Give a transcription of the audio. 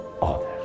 others